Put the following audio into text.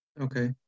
Okay